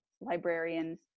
librarian